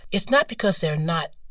it's not because they're not